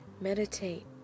meditate